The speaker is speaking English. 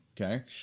Okay